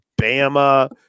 Bama